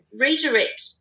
redirect